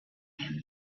him